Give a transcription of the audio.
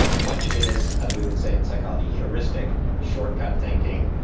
much of it is, as we would say in psychology, heuristic, shortcut thinking.